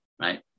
right